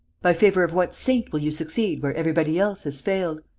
by favour of what saint will you succeed where everybody else has failed?